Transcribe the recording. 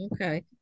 Okay